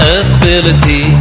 ability